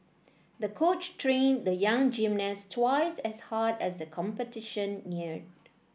the coach trained the young gymnast twice as hard as the competition neared